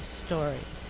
story